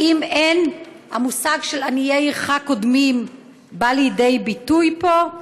האם אין המושג של עניי עירך קודמים בא לידי ביטוי פה?